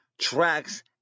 tracks